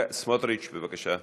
סמוטריץ, בבקשה.